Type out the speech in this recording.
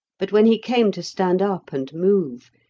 but when he came to stand up and move,